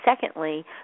secondly